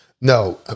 No